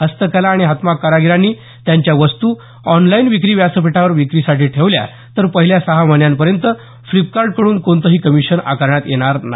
हस्तकला आणि हातमाग कारागिरांनी त्यांच्या वस्तु या आॅनलाईन विक्री व्यासपीठावर विक्रीसाठी ठेवल्या तर पहिल्या सहा महिन्यापर्यंत फ्लिपकार्ट कडून कोणतही कमिशन आकारण्यात येणार नाही